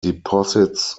deposits